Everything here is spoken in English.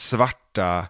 Svarta